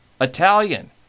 Italian